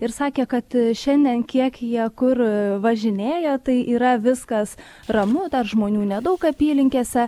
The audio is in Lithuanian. ir sakė kad šiandien kiek jie kur važinėja tai yra viskas ramu dar žmonių nedaug apylinkėse